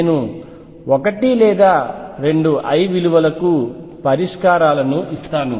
నేను ఒకటి లేదా రెండు l విలువలకు పరిష్కారాలను ఇస్తాను